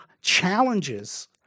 challenges